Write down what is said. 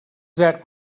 that